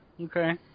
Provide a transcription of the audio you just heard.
Okay